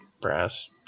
brass